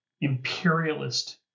imperialist